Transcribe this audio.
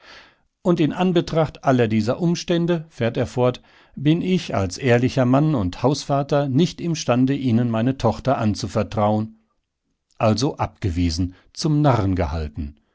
und in anbetracht aller dieser umstände fährt er fort bin ich als ehrlicher mann und hausvater nicht imstande ihnen meine tochter anzuvertrauen also abgewiesen zum narren